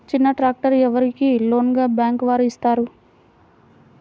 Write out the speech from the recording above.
చిన్న ట్రాక్టర్ ఎవరికి లోన్గా బ్యాంక్ వారు ఇస్తారు?